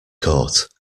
court